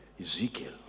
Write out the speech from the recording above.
Ezekiel